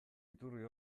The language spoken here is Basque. iturri